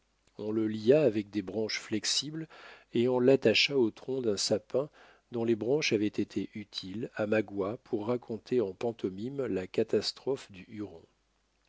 on le lia avec des branches flexibles et on l'attacha au tronc d'un sapin dont les branches avaient été utiles à magua pour raconter en pantomime la catastrophe du